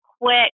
quick